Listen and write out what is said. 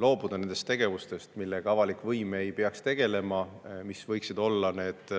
loobuda nendest tegevustest, millega avalik võim ei peaks tegelema, mis võiksid olla need